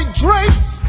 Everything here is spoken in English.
drink's